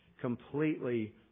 completely